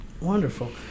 Wonderful